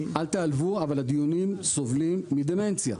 אל תיעלבו, אבל הדיונים סובלים מדמנציה.